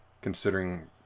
considering